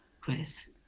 Chris